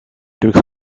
twixt